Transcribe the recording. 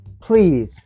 please